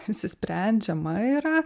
išsisprendžiama yra